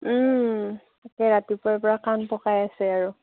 ওম তাকে ৰাতিপুৱাৰ পৰা কাণ পকাই আছে আৰু